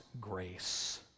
grace